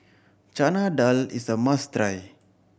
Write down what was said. Chana Dal is a must try